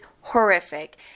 horrific